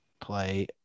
play